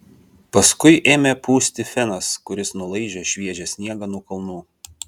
paskui ėmė pūsti fenas kuris nulaižė šviežią sniegą nuo kalnų